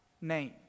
name